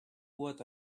what